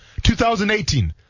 2018